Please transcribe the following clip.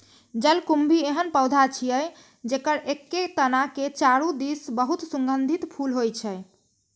जलकुंभी एहन पौधा छियै, जेकर एके तना के चारू दिस बहुत सुगंधित फूल होइ छै